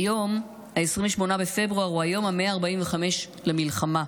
היום, 28 בפברואר, הוא היום ה-145 למלחמה.